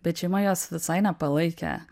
bet šeima jos visai nepalaikė